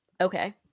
Okay